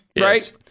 right